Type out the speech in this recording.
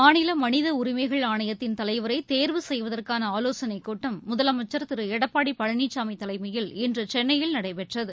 மாநில மனித உரிமைகள் ஆணையத்திள் தலைவரை தேர்வு செய்வதற்கான ஆலோசனைக் கூட்டம் முதலமைச்சா் திரு எடப்பாடி பழனிசாமி தலைமையில் இன்று சென்னையில் நடைபெற்றது